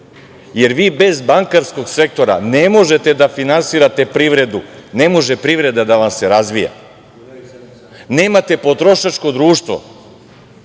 Jer, vi bez bankarskog sektora ne možete da finansirate privredu, ne može privreda da vam se razvija, nemate potrošačko društvo.